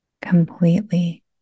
completely